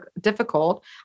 difficult